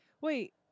Wait